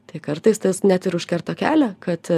tai kartais tas net ir užkerta kelią kad